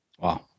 Wow